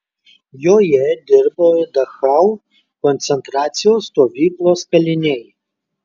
joje dirbo ir dachau koncentracijos stovyklos kaliniai